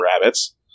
rabbits